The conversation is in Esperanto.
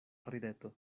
rideto